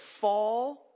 fall